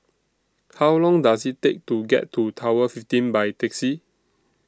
How Long Does IT Take to get to Tower fifteen By Taxi